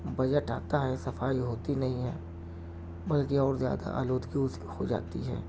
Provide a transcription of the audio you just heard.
budget آتا ہے صفائی ہوتی نہیں ہے بلکہ اور زیادہ آلودگی اس کی ہو جاتی ہے